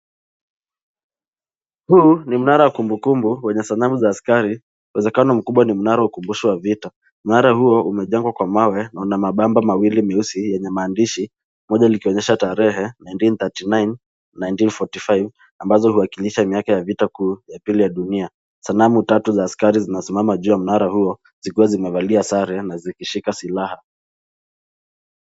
Huu ni mnara wa kumbukumbu wenye sanamu za askari uwezekano mkubwa ni mnara wa ukumbusho wa vita, mnara huo umejengwa kwa mawe na una mababo mawili meusi yenye maandishi moja ikionyesha tarehe 1939,1945 ambazo huwakilisha miaka ya vita kuu ya pili ya dunia. Sanamu tatu za askari zinasimama juu ya mnara huo zikiwa zimevalia sare na zikishika silaha.